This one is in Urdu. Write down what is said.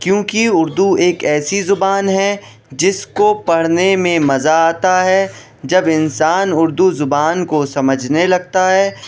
کیوںکہ اردو ایک ایسی زبان ہے جس کو پڑھنے میں مزہ آتا ہے جب انسان اردو زبان کو سمجھنے لگتا ہے